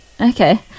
okay